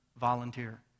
volunteer